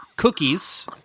Cookies